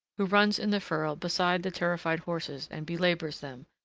who runs in the furrow beside the terrified horses and belabors them,